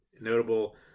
Notable